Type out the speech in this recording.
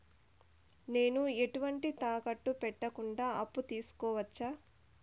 నేను ఎటువంటి తాకట్టు పెట్టకుండా అప్పు తీసుకోవచ్చా?